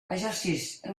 exercix